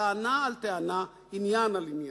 טענה על טענה, עניין על עניין.